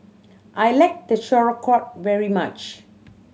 I like very much